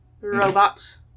robot